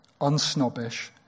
unsnobbish